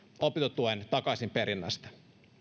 opintotuen takaisinperinnästä